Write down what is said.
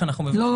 לא,